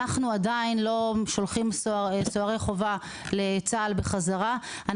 אנחנו עדיין לא שולחים סוהרי חובה לצה"ל בחזרה.